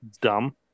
dumb